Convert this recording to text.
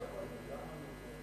ובברכת רפואה שלמה את חברנו היקר איתן